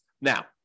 Now